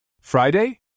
Friday